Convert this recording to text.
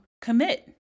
commit